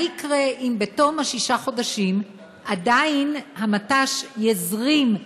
מה יקרה אם בתום ששת חודשים עדיין המט"ש יזרים,